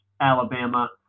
Alabama